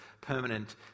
permanent